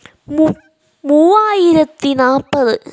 മൂ മൂവായിരത്തി നാൽപ്പത്